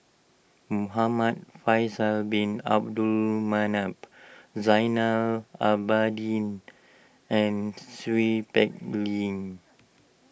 Muhamad Faisal Bin Abdul Manap Zainal Abidin and Seow Peck Leng